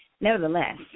nevertheless